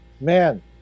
man